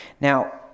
now